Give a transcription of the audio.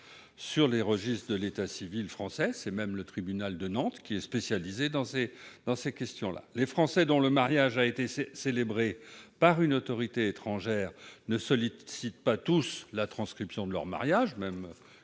sur les registres de l'état civil français ; c'est le tribunal de Nantes qui est spécialisé dans ces procédures. En outre, les Français dont le mariage a été célébré par une autorité étrangère ne sollicitent pas tous la transcription de leur acte de